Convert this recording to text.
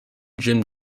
jim